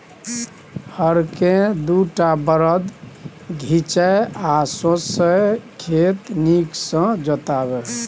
हर केँ दु टा बरद घीचय आ सौंसे खेत नीक सँ जोताबै